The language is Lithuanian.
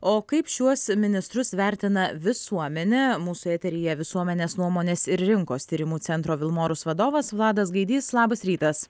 o kaip šiuos ministrus vertina visuomenė mūsų eteryje visuomenės nuomonės ir rinkos tyrimų centro vilmorus vadovas vladas gaidys labas rytas